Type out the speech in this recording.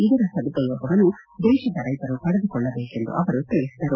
ಇದರ ಸದುಪಯೋಗವನ್ನು ದೇತದ ರೈತರು ಪಡೆದುಕೊಳ್ಳಬೇಕೆಂದು ಅವರು ತಿಳಿಸಿದರು